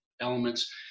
elements